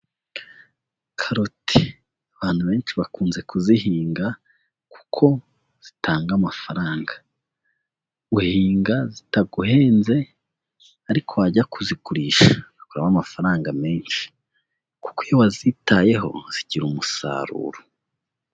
Karoti abantu benshi bakunze kuzihinga, kuko zitanga amafaranga, uhinga zitaguhenze ariko wajya kuzigurisha ugakuramo amafaranga menshi, kuko iyo wazitayeho zigira umusaruro.